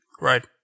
right